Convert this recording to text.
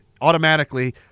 automatically